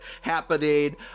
happening